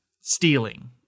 stealing